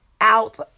out